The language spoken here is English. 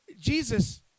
Jesus